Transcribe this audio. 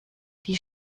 die